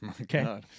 Okay